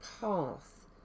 path